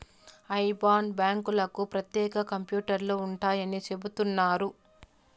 IBAN బ్యాంకులకు ప్రత్యేక కంప్యూటర్లు ఉంటాయని చెబుతున్నారు